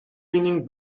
winning